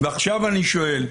ועכשיו אני שואל,